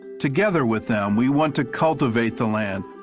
together with them we want to cultivate the land,